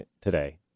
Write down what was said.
today